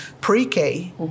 pre-K